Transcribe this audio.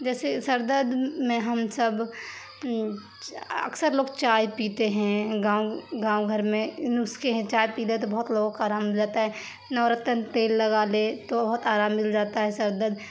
جیسے سر درد میں ہم سب اکثر لوگ چائے پیتے ہیں گاؤں گاؤں گھر میں یہ نسخے ہیں چائے پیتے ہیں تو بہت لوگوں کو آرام ہو جاتا ہے نورتن تیل لگا لیں تو بہت آرام مل جاتا ہے سر درد